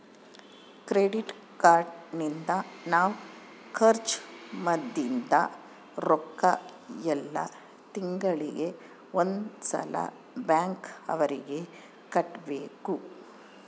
credit card ನಿಂದ ನಾವ್ ಖರ್ಚ ಮದಿದ್ದ್ ರೊಕ್ಕ ಯೆಲ್ಲ ತಿಂಗಳಿಗೆ ಒಂದ್ ಸಲ ಬ್ಯಾಂಕ್ ಅವರಿಗೆ ಕಟ್ಬೆಕು